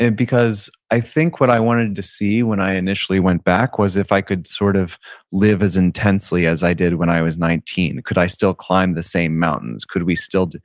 and because i think what i wanted to see when i initially went back was if i could sort of live as intensely as i did when i was nineteen. could i still climb the same mountains? could we still?